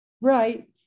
Right